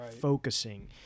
focusing